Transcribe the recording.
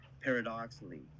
paradoxically